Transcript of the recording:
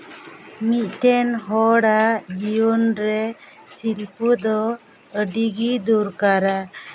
ᱢᱤᱫᱴᱮᱱ ᱦᱚᱲᱟᱜ ᱡᱤᱭᱚᱱ ᱨᱮ ᱥᱤᱞᱯᱚ ᱫᱚ ᱟᱹᱰᱤᱜᱮ ᱫᱚᱨᱠᱟᱨᱟ